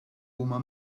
huma